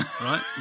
Right